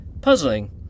Puzzling